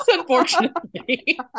Unfortunately